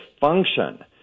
function